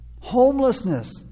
Homelessness